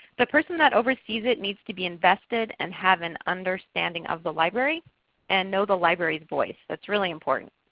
the person that oversees it needs to be invested and have an understanding of the library and know the library's voice. that's really important.